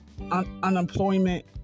unemployment